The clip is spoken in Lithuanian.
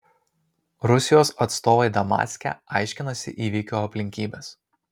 rusijos atstovai damaske aiškinasi įvykio aplinkybes